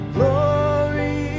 Glory